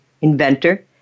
inventor